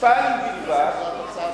שתיים בלבד,